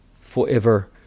forever